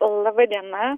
laba diena